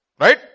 Right